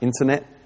Internet